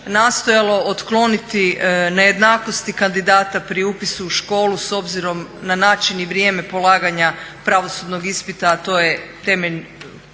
nastojalo otkloniti nejednakosti kandidata pri upisu u školu s obzirom na način i vrijeme polaganja pravosudnog ispita, a to je temelj